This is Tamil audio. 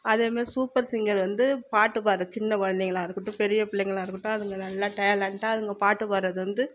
அது மாதிரி சூப்பர் சிங்கர் வந்து பாட்டு பாடுறது சின்ன குழந்தைகளா இருக்கட்டும் பெரிய பிள்ளைங்களாக இருக்கட்டும் அதுங்க நல்லா டேலேண்ட்டாக அதுங்க பாட்டு பாடுவது வந்து